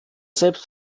selbst